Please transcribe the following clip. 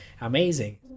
amazing